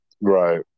Right